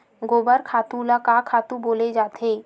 गोबर खातु ल का खातु बोले जाथे?